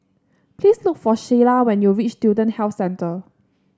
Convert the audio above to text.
please look for Sheilah when you reach Student Health Centre